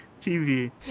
TV